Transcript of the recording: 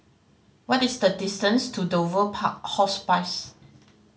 what is the distance to Dover Park Hospice